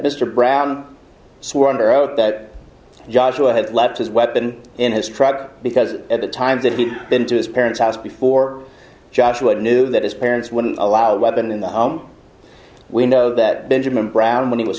mr brown swore under oath that joshua had left his weapon in his truck because at the time that he'd been to his parents house before joshua knew that his parents wouldn't allow the weapon in the home we know that benjamin brown when he was